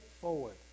forward